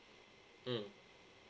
mm